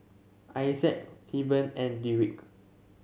Isaias Tevin and Deric